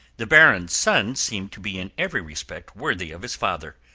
the baron's son seemed to be in every respect worthy of his father.